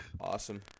Awesome